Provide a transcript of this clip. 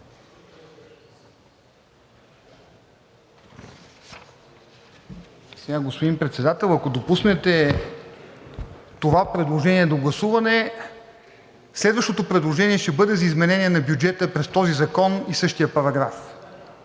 (ДБ): Господин Председател, ако допуснете това предложение до гласуване, следващото предложение ще бъде за изменение на бюджета през този закон и същия параграф.